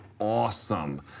Awesome